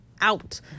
out